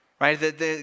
right